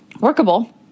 workable